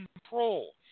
control